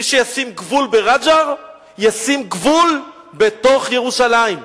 מי שישים גבול ברג'ר ישים גבול בתוך ירושלים.